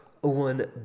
one